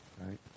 Right